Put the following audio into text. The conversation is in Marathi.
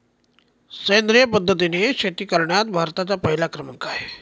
सेंद्रिय पद्धतीने शेती करण्यात भारताचा पहिला क्रमांक आहे